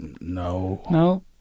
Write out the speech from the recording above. No